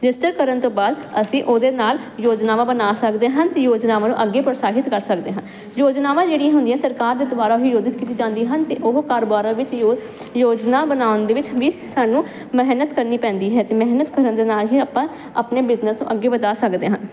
register ਕਰਨ ਤੋਂ ਬਾਅਦ ਅਸੀਂ ਉਹਦੇ ਨਾਲ ਯੋਜਨਾਵਾਂ ਬਣਾ ਸਕਦੇ ਹਾਂ ਯੋਜਨਾਵਾਂ ਨੂੰ ਅੱਗੇ ਪ੍ਰੋਸਾਹਿਤ ਕਰ ਸਕਦੇ ਹਾਂ ਯੋਜਨਾਵਾਂ ਜਿਹੜੀਆਂ ਹੁੰਦੀਆਂ ਸਰਕਾਰ ਦੇ ਦੁਆਰਾ ਹੀ ਅਯੋਜਿਤ ਕੀਤੀ ਜਾਂਦੀ ਹਨ ਤੇ ਉਹ ਕਾਰੋਬਾਰਾਂ ਵਿੱਚ ਜੋ ਯੋਜਨਾ ਬਣਾਉਣ ਦੇ ਵਿੱਚ ਵੀ ਸਾਨੂੰ ਮਿਹਨਤ ਕਰਨੀ ਪੈਂਦੀ ਹੈ ਤੇ ਮਿਹਨਤ ਕਰਨ ਦੇ ਨਾਲ ਹੀ ਆਪਾਂ ਆਪਣੇ ਬਿਜਨਸ ਨੂੰ ਅੱਗੇ ਵਧਾ ਸਕਦੇ ਹਾਂ